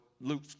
Luke